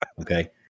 Okay